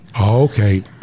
Okay